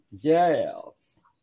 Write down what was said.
Yes